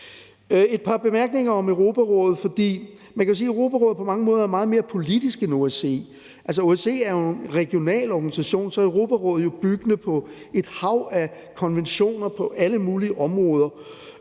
Et par bemærkninger om Europarådet har jeg også. Man kan sige, at Europarådet på mange måder er meget mere politisk end OSCE. Mens OSCE jo er en regional organisation, er Europarådet bygget på et hav af konventioner på alle mulige områder.